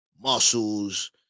muscles